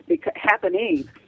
happening